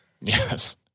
Yes